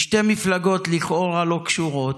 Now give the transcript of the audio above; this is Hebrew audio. משתי מפלגות לכאורה לא קשורות,